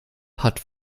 hat